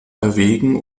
erwägen